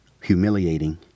humiliating